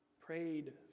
prayed